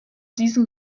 diesen